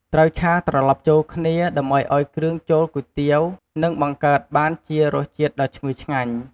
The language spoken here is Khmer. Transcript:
ត្រូវឆា ត្រឡប់ចូលគ្នាដើម្បីឱ្យគ្រឿងចូលគុយទាវនិងបង្កើតបានជារសជាតិដ៏ឈ្ងុយឆ្ងាញ់។